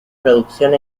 producción